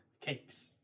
cakes